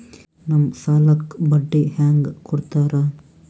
ನಮ್ ಸಾಲಕ್ ಬಡ್ಡಿ ಹ್ಯಾಂಗ ಕೊಡ್ತಾರ?